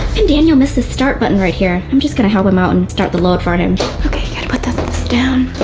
and daniel miss this start button right here? i'm just going to help him out and start the load for and him. okay, got to put this this down.